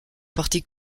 parti